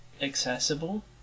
accessible